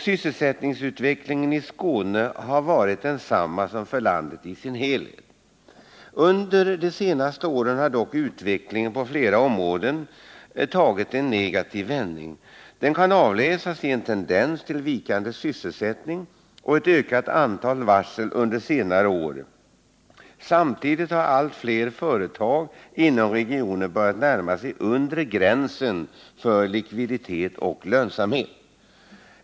Sysselsättningsutvecklingen i Skåne har varit densamma som för landet i dess helhet. Under de senaste åren har dock utvecklingen på flera områden tagit en negativ vändning. Detta kan avläsas i en tendens till vikande sysselsättning och ett ökat antal varsel under senare år. Samtidigt har allt fler företag inom regionen börjat närma sig den undre gränsen för likviditet och lönsamhet.